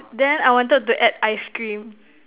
then I wanted to add ice cream